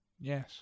Yes